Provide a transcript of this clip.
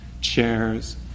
chairs